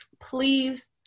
Please